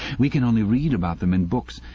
we can only read about them in books,